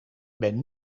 ben